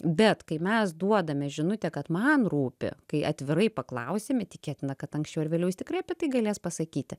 bet kai mes duodame žinutę kad man rūpi kai atvirai paklausime tikėtina kad anksčiau ar vėliau jis tikrai apie tai galės pasakyti